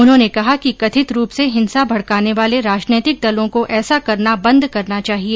उन्होंने कहा कि कथित रूप से हिंसा भड़काने वाले राजनीतिक दलों को ऐसा करना बंद करना चाहिए